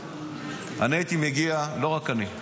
אני הייתי מגיע, לא רק אני,